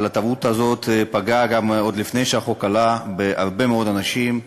אבל הטעות הזאת פגעה עוד לפני שהחוק עלה בהרבה מאוד אנשים,